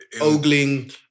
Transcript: ogling